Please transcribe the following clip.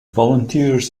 volunteers